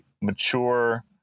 mature